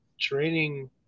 training